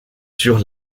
sur